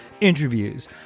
interviews